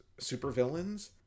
supervillains